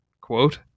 quote